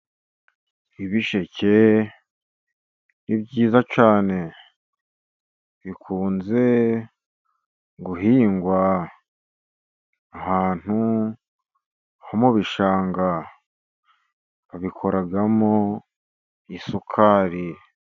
Ibisheke ni byiza cyane, bikunze guhingwa ahantu ho mu bishanga, babikoramo isukari.